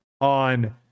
on